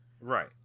Right